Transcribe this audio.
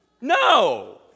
No